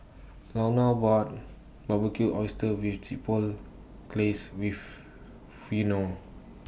Launa bought Barbecued Oysters with Chipotle Glaze with